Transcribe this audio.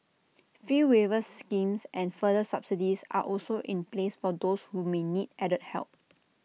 fee waiver schemes and further subsidies are also in place for those who may need added help